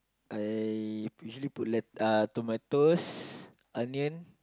I usually put let~ uh tomatoes onion